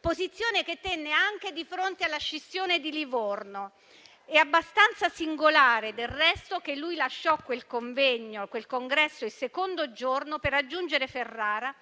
posizione che tenne anche di fronte alla scissione di Livorno. È abbastanza singolare, del resto, che egli lasciò quel congresso il secondo giorno, per raggiungere Ferrara